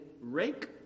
rake